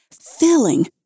filling